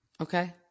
Okay